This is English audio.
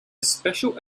special